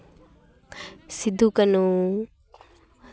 Sidhu Kanhu